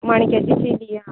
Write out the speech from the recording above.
माणक्यांची चिली आं